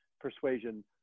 persuasion